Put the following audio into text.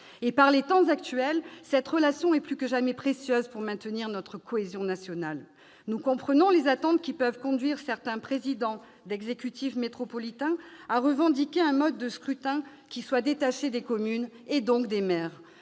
Par les temps qui courent, cette relation est plus que jamais précieuse pour maintenir notre cohésion nationale. Nous comprenons les attentes qui peuvent conduire certains présidents d'exécutifs métropolitains à réclamer un scrutin distinct de celui des communes, et donc détaché